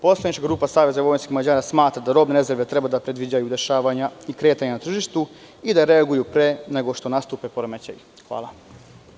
Poslanička grupa SVM smatra da robne rezerve treba da predviđaju dešavanja i kretanja na tržištu i da reaguju pre nego što nastupe poremećaji.